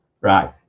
right